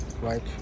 right